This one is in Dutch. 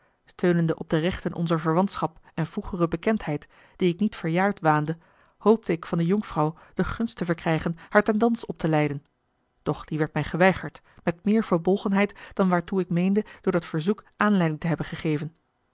steunende op de rechten onzer verwantschap en vroegere bekendheid die ik niet verjaard waande hoopte ik van de jonkvrouw de gunst te verkrijgen haar ten dans op te leiden doch die werd mij geweigerd met meer verbolgenheid dan waartoe ik meende door dat verzoek aanleiding te hebben gegeven